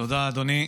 תודה, אדוני.